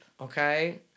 Okay